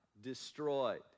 destroyed